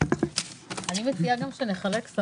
אין הצעת תקציב המועצה להסדר ההימורים בספורט לשנת